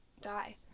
die